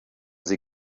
sie